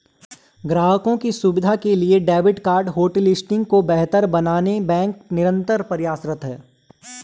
ग्राहकों की सुविधा के लिए डेबिट कार्ड होटलिस्टिंग को बेहतर बनाने बैंक निरंतर प्रयासरत है